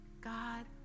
God